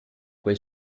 quel